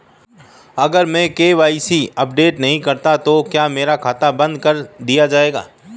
अगर मैं KYC update नहीं करता तो क्या मेरा खाता बंद कर दिया जाएगा?